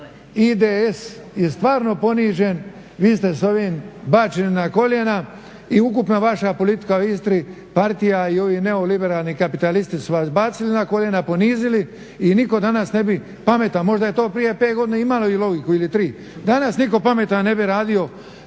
IDS je stvarno ponižen. Vi ste s ovim bačeni na koljena i ukupna vaša politika u Istri, partija i ovi neoliberalni kapitalisti su vas bacili na koljena, ponizili i niko danas ne bi pametan, možda je to prije 5 godina imalo i logiku, ili 3. Danas niko pametan ne bi radio